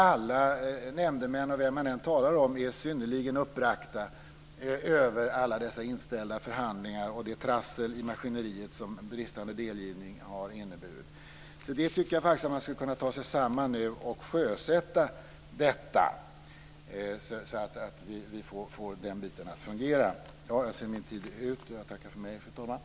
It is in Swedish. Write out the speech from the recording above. Alla nämndemän och vem man än talar med är synnerligen uppbragta över alla dessa inställda förhandlingar och det trassel i maskineriet som bristande delgivning har inneburit. Därför tycker jag att man ska ta sig samman nu och sjösätta detta, så att vi får den biten att fungera. Jag ser att min tid är ute och ber att få tacka för mig, fru talman.